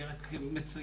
אני יועץ משתי"ל.